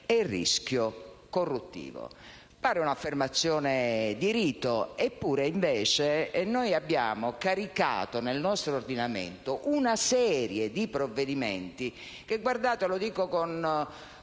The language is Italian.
e rischio corruttivo.